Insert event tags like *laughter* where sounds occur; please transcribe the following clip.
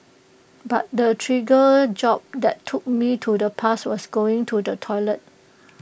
but the *unintelligible* jolt that took me to the past was going to the toilets